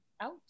out